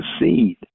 seed